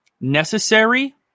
necessary